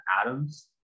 Adams